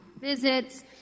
visits